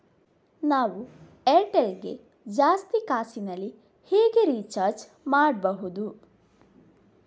ನಾವು ಏರ್ಟೆಲ್ ಗೆ ಜಾಸ್ತಿ ಕಾಸಿನಲಿ ಹೇಗೆ ರಿಚಾರ್ಜ್ ಮಾಡ್ಬಾಹುದು?